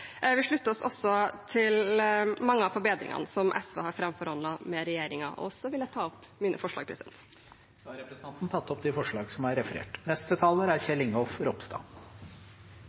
oss også til mange av forbedringene som SV har framforhandlet med regjeringen. Så vil jeg ta opp vårt forslag i sak nr. 5. Representanten Une Bastholm har tatt opp det forslaget hun refererte til. Debatten viser vel at det er